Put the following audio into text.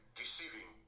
deceiving